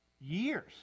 years